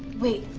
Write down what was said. wait,